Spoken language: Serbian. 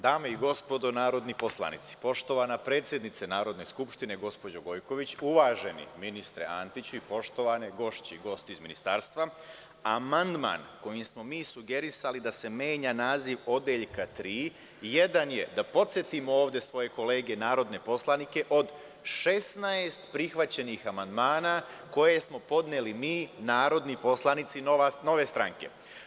Dame i gospodo narodni poslanici, poštovana predsednice Narodne skupštine gospođo Gojković, uvaženi ministre Antiću i poštovane gošće i gosti iz Ministarstva, amandman kojim smo mi sugerisali da se menja naziv Odeljka 3. jedan je, da podsetim ovde svoje kolege narodne poslanike, od 16 prihvaćenih amandman koje smo podneli mi narodni poslanici Nove stranke.